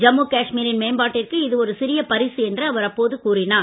ஜம்மு காஷ்மீரின் மேம்பாட்டிற்கு இது ஒரு சிறிய பரிசு என்று அவர் அப்போது கூறினார்